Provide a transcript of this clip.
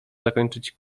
zakończyć